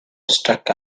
stuck